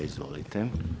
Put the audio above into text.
Izvolite.